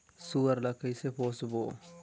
सुअर ला कइसे पोसबो?